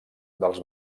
dels